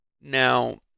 Now